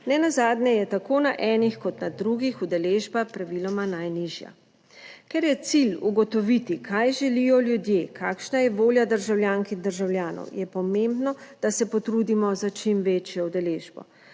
ne nazadnje je tako na enih kot na drugih udeležba praviloma najnižja. Ker je cilj ugotoviti, kaj želijo ljudje, kakšna je volja državljank in državljanov, je pomembno, da se potrudimo za čim večjo udeležbo.